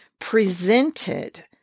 presented